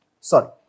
Sorry